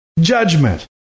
judgment